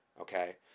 Okay